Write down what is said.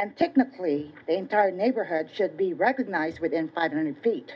and technically the entire neighborhood should be recognized within five hundred feet